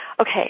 okay